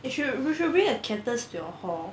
you should you should bring your cactus to your hall